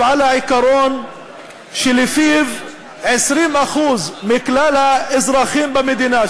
על העיקרון שלפיו 20% מכלל האזרחים במדינה,